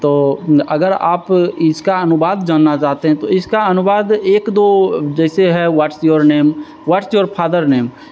तो अगर आप इसका अनुवाद जानना चाहते हैं तो इसका अनुवाद एक दो जैसे है what's your name what's your father name